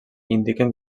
indiquen